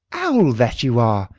owl that you are!